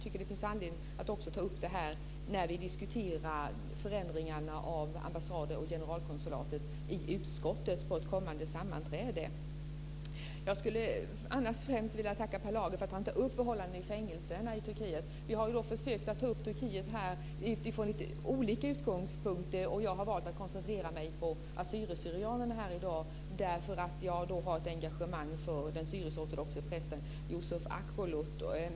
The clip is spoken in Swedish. Det finns anledning att ta upp det här när vi diskuterar förändringar av ambassader och generalkonsulat i utskottet på ett kommande sammanträde. Jag skulle främst vilja tacka Per Lager för att han tar upp förhållandena i fängelserna i Turkiet. Vi har försökt att ta upp frågan om Turkiet från lite olika utgångspunkter. Jag har valt att koncentrera mig på assyrier/syrianerna i dag. Jag har ett engagemang för den syrisk-ortodoxa prästen Yusuf Akbulut.